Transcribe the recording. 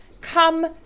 come